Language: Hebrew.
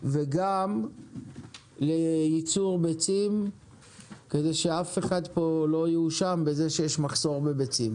וגם לייצור ביצים כדי שאף אחד פה לא יואשם במחסור בביצים.